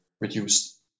reduced